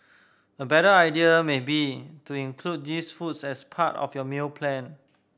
a better idea may be to include these foods as part of your meal plan